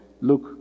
look